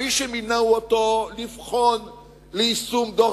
מי שמינו אותו לבחון את יישום דוח